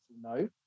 No